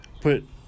put